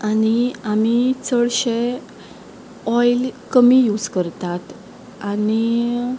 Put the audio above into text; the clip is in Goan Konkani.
आनी आमी चडशें ओयल कमी यूज करतात आनी